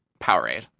Powerade